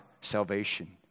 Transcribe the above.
salvation